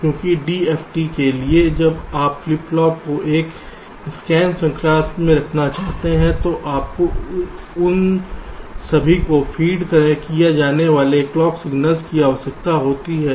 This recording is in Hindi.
क्योंकि DFT के लिए जब आप फ्लिप फ्लॉप को एक स्कैन श्रृंखला में रखना चाहते हैं तो आपको उन सभी को फीड किए जाने वाले क्लॉक सिग्नल की आवश्यकता होती है